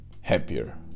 happier